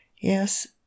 yes